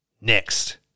Next